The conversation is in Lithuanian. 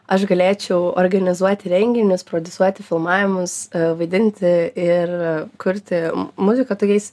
aš galėčiau organizuoti renginius prodisuoti filmavimus vaidinti ir kurti muziką tokiais